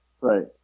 right